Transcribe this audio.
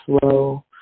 slow